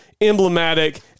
emblematic